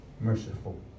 merciful